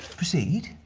proceed.